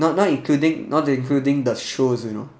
not not including not including the shows you know